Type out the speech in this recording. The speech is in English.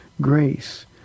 grace